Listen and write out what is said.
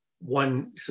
one